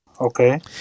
Okay